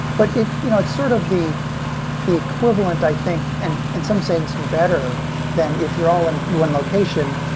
but it's you know it's sort of the equivalent, i think and and some say that it's better than if you're all in one location.